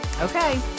Okay